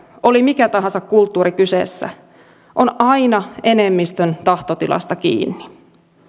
oli kyseessä mikä tahansa kulttuuri on aina enemmistön tahtotilasta kiinni